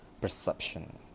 perception